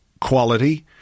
quality